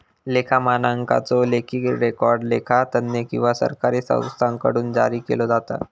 लेखा मानकांचो लेखी रेकॉर्ड लेखा तज्ञ किंवा सरकारी संस्थांकडुन जारी केलो जाता